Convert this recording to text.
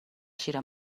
شیر